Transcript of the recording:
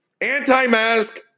Anti-mask